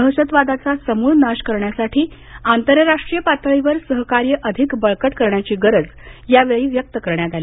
दहशतवादाचा समूळ नाश करण्यासाठी आंतरराष्ट्रीय पातळीवर सहकार्य अधिक बळकट करण्याची गरज यावेळी व्यक्त करण्यात आली